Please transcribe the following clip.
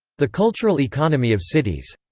the cultural economy of cities.